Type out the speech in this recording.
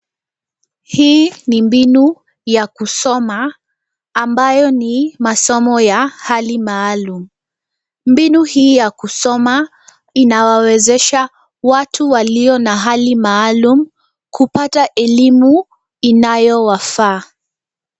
Hii ni mbinu ya kusoma ambayo ni masomo ya hali maalum. Mbinu hii ya kusoma inawawezesha watu walio na hali maalum kupata elimu inayowafaa.